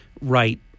right